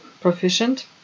proficient